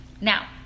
Now